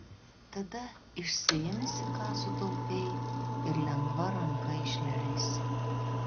tada išsiimsi ką sutaupei ir lengva ranka išleisi